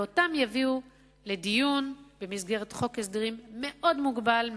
ואותם יביאו לדיון במסגרת חוק הסדרים מאוד מוגבל,